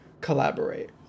collaborate